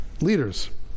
leaders